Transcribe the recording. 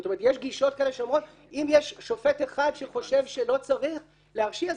יש גישות שאומרת שאם יש שופט אחד שחושב שלא צריך להרשיע,